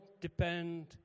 depend